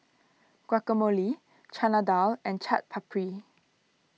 Guacamole Chana Dal and Chaat Papri